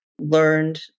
learned